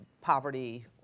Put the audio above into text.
poverty